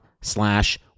slash